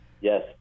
yes